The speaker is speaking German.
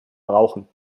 brauchen